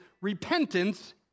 repentance